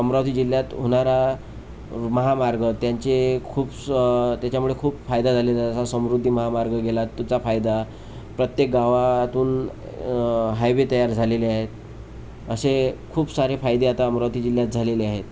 अमरावती जिल्ह्यात होणारा महामार्ग त्यांचे खूप स त्याच्यामुळे खूप फायदा झालेला समृद्धी महामार्ग गेला त्याचा फायदा प्रत्येक गावातून हायवे तयार झालेले आहेत असे खूप सारे फायदे आता अमरावती जिल्ह्यात झालेले आहेत